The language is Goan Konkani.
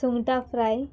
सुंगटा फ्राय